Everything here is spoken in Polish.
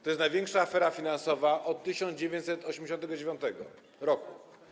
To jest największa afera finansowa od 1989 r.